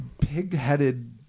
pig-headed